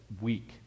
week